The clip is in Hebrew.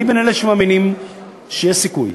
אני בין אלה שמאמינים שיש סיכוי,